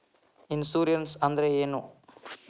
Insurance ಅಂದ್ರ ಏನು?